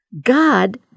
God